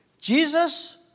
Jesus